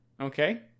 Okay